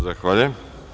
Zahvaljujem.